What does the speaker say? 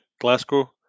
Glasgow